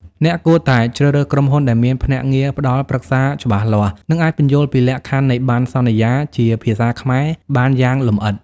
អ្នកគួរតែជ្រើសរើសក្រុមហ៊ុនដែលមាន ភ្នាក់ងារផ្ដល់ប្រឹក្សា ច្បាស់លាស់ និងអាចពន្យល់ពីលក្ខខណ្ឌនៃបណ្ណសន្យាជាភាសាខ្មែរបានយ៉ាងលម្អិត។